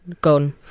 Gone